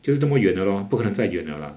就是这么远了 lor 不可能再远 liao lah